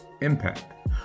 impact